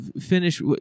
finish